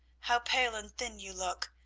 how pale and thin you look.